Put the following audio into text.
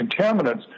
contaminants